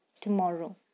tomorrow